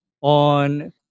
on